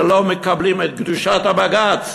שלא מקבלים את קדושת הבג"ץ.